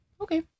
Okay